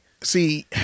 see